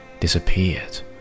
disappeared